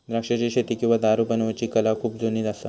द्राक्षाची शेती किंवा दारू बनवुची कला खुप जुनी असा